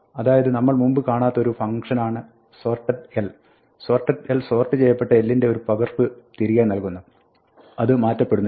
അതായത് നമ്മൾ മുമ്പ് കാണാത്ത ഒരു ഫംഗ്ഷനാണ് sorted sorted സോർട്ട് ചെയ്യപ്പെട്ട l ന്റെ ഒരു പകർപ്പ് തിരികെ നൽകുന്നു അത് മാറ്റപ്പെടുന്നില്ല